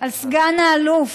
על הסגן אלוף,